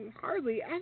hardly